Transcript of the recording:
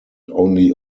only